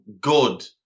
good